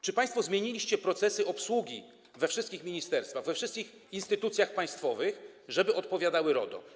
Czy państwo zmieniliście procesy obsługi we wszystkich ministerstwach, we wszystkich instytucjach państwowych, żeby odpowiadały RODO?